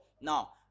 now